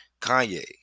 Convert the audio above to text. Kanye